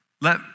let